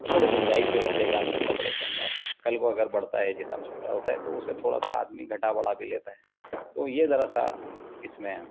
تھوڑی گنجائش بھی رکھ دے گا اندر کپڑے کے اندر کل کو اگر بڑھتا ہے جسم چھوٹا ہوتا ہے تو اسے تھوڑا سا آدمی گھٹا بڑھا بھی لیتا ہے تو یہ ذرا سا اس میں